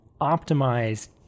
optimize